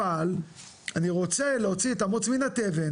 אבל אני רוצה להוציא את הבוץ מן התבן